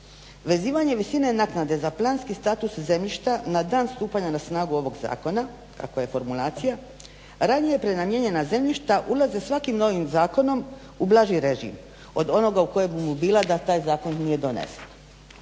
Vezivanje visine naknade za planski status zemljišta na dan stupanja na snagu ovog zakona, kakva je formulacija, ranije prenamijenjena zemljišta ulaze svakim novim zakonom u blaži režima od onoga u kojemu bi bila da taj zakon nije donesen.